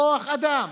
כוח אדם,